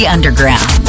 underground